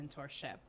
mentorship